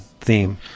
theme